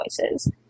voices